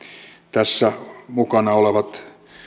tässä mukana olevat